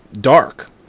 dark